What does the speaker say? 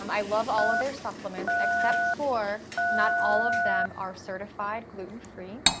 um i love all of their supplements except for not all of them are certified gluten free,